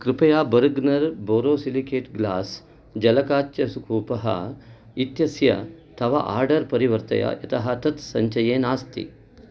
कृपया Bergner borosilicate glass जलकाच्यकूपः इत्यस्य तव आर्डर् परिवर्तय यतः तत् सञ्चये नास्ति